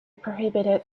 prohibited